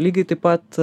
lygiai taip pat